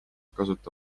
kasuta